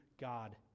God